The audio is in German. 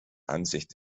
ansicht